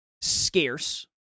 scarce